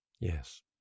Yes